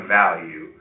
value